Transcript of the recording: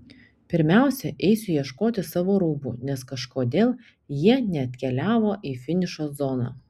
pirmiausia eisiu ieškoti savo rūbų nes kažkodėl jie neatkeliavo į finišo zoną